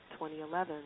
2011